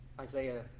Isaiah